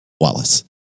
Wallace